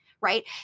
right